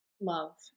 love